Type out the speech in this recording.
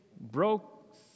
broke